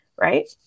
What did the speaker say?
Right